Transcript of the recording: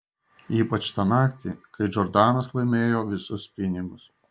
ypač tą naktį kai džordanas laimėjo visus pinigus